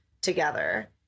together